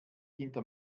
hinter